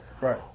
right